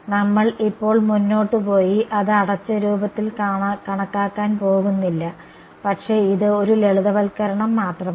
നമ്മൾ ഇപ്പോൾ മുന്നോട്ട് പോയി അത് അടച്ച രൂപത്തിൽ കണക്കാക്കാൻ പോകുന്നില്ല പക്ഷേ ഇത് ഒരു ലളിതവൽക്കരണം മാത്രമാണ്